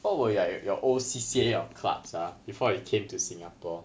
what were your like your old C_C_A or clubs ah before you came to singapore